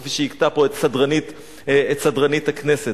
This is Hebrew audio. כפי שהכתה פה את סדרנית הכנסת.